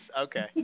Okay